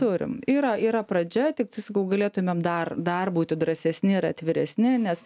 turim yra yra pradžia tik tai sakau galėtumėm dar dar būti drąsesni ir atviresni nes